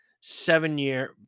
seven-year